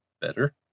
better